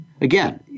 Again